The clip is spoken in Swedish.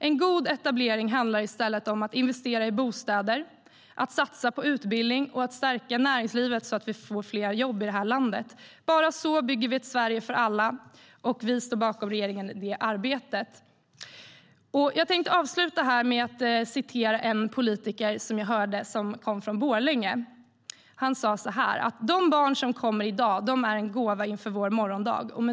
En god etablering handlar i stället om att investera i bostäder, att satsa på utbildning och att stärka näringslivet, så att vi får fler jobb i det här landet. Bara på det sättet bygger vi ett Sverige för alla, och vi står bakom regeringen i detta arbete. Jag tänkte avsluta med att referera en politiker från Borlänge. Han sa att de barn som kommer i dag är en gåva inför vår morgondag.